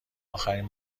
آخرین